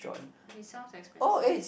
it sounds expensive